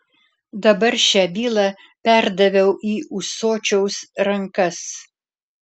dabar šią bylą perdaviau į ūsočiaus rankas